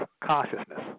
consciousness